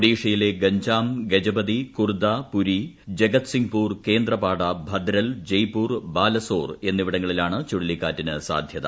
ഒഡീഷയിലെ ഗഞ്ജം ഗജപതി കുർദ പുരി ജഗദ്സിംഗ്പൂർ കേന്ദ്രപാഡ ഭദ്രൽ ജെയ്പൂർ ബാലസോർ എന്നിവിടങ്ങളിലാണ് ചുഴലിക്കാറ്റിന് സാധ്യത